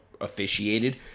officiated